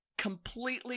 completely